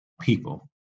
people